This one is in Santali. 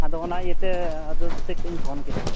ᱟᱫᱚ ᱚᱱᱟ ᱤᱭᱟᱹ ᱛᱮᱻ ᱟᱫᱚ ᱫᱤᱥᱟᱹ ᱠᱟᱛᱮᱧ ᱯᱷᱳᱱ ᱠᱮᱫᱟ